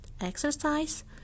exercise